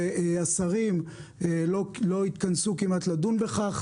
והשרים לא התכנסו כמעט לדון בכך.